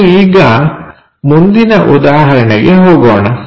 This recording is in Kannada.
ನಾವು ಈಗ ಮುಂದಿನ ಉದಾಹರಣೆಗೆ ಹೋಗೋಣ